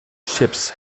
ships